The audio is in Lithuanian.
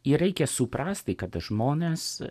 ir reikia suprasti kada žmonės